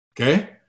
Okay